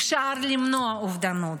אפשר למנוע אובדנות.